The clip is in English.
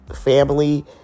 Family